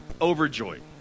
overjoyed